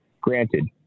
granted